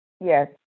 Yes